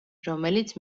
რომელიც